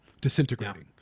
disintegrating